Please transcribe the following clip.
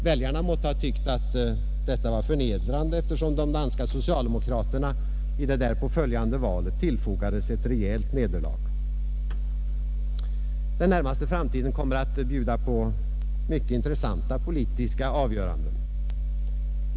Väljarna måtte ha tyckt att detta var förnedrande, eftersom de danska socialdemokraterna i det därpå följande valet tillfogades ett rejält nederlag. Den närmaste framtiden kommer att bjuda på mycket intressanta politiska avgöranden.